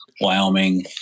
Wyoming